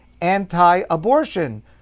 anti-abortion